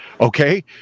Okay